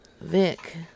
Vic